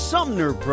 Sumner